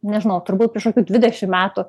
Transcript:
nežinau turbūt kažkokių dvidešim metų